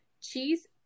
Cheese